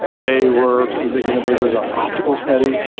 ah they were some big innovators on optical seti.